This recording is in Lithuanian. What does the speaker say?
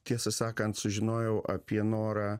tiesą sakant sužinojau apie norą